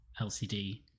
LCD